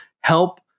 help